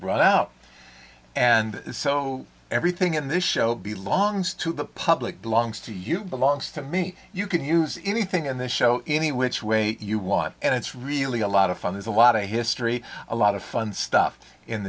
run out and so everything in this show be longs to the public belongs to you belongs to me you can use anything on this show any which way you want and it's really a lot of fun there's a lot of history a lot of fun stuff in